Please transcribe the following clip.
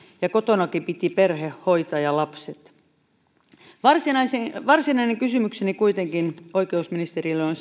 ja kotonakin piti perhe ja lapset hoitaa varsinainen kysymykseni kuitenkin oikeusministerille on